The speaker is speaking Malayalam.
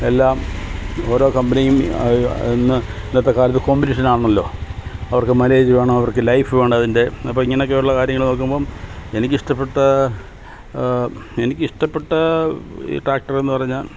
എല്ലാം ഓരോ കമ്പനിയും ഇന്ന് ഇന്നത്തെ കാലത്ത് കോംപറ്റീഷൻ ആണല്ലോ അവർക്ക് മൈലേജ് വേണം അവർക്ക് ലൈഫ് വേണം അതിൻ്റെ അപ്പം ഇങ്ങനെയൊക്കെ ഉള്ള കാര്യങ്ങൾ നോക്കുമ്പം എനിക്ക് ഇഷ്ടപ്പെട്ട എനിക്ക് ഇഷ്ടപ്പെട്ട ഈ ട്രാക്ടർ എന്ന് പറഞ്ഞാൽ